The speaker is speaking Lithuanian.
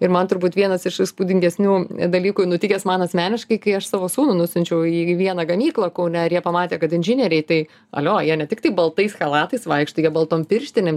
ir man turbūt vienas iš įspūdingesnių dalykų nutikęs man asmeniškai kai aš savo sūnų nusiunčiau į į vieną gamyklą kaune ir jie pamatė kad inžinieriai tai alio jie ne tiktai baltais chalatais vaikšto jie baltom pirštinėm